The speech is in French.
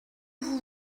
vous